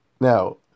Now